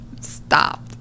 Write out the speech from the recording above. stop